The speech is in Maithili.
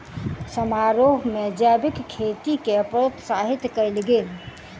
समारोह में जैविक खेती के प्रोत्साहित कयल गेल